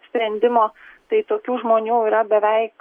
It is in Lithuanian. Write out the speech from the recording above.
sprendimo tai tokių žmonių yra beveik